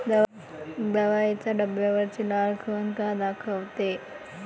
दवाईच्या डब्यावरची लाल खून का दाखवते?